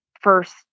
first